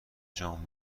جان